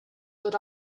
but